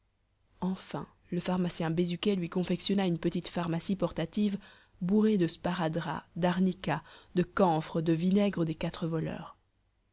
enfin le pharmacien bézuquet lui confectionna une petite pharmacie portative bourrée de sparadrap d'arnica de camphre de vinaigre des